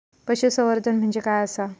पशुसंवर्धन म्हणजे काय आसा?